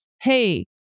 hey